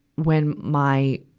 when my,